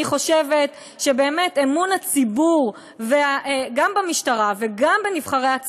אני חושבת שבאמת אמון הציבור גם במשטרה וגם בנבחריו,